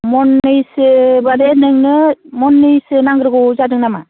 मननैसोबा नोंनो मननैसो नांग्रोगौ जादों नामा